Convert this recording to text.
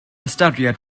ystyried